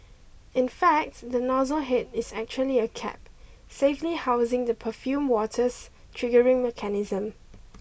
in fact the nozzle head is actually a cap safely housing the perfumed water's triggering mechanism